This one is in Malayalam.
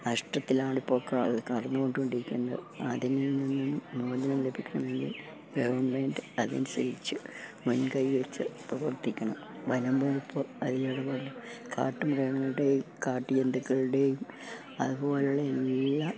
നഷ്ടത്തിലാണിപ്പോൾ കടന്നു പൊയ്ക്കൊണ്ടിരിക്കുന്നത് അതിൽ നിന്നും മോചനം ലഭിക്കണമെങ്കിൽ ഗവൺമെൻറ്റ് അതനുസരിച്ച് മുൻ കൈ വെച്ച് പ്രവർത്തിക്കണം വനം വകുപ്പ് അതിലിടപെടണം കാട്ടും മൃഗങ്ങളുടെയും കാട്ട് ജന്തുക്കളുടെയും അതുപോലെയുള്ള എല്ലാ